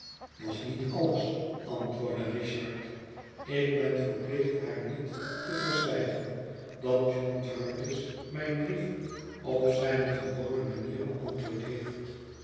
nog niet alles antwoordde richard ik ben verplicht haar niet te verzwijgen dat john jarndyce mijn brief op zijne gewone manier beantwoord heeft